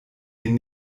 den